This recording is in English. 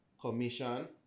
Commission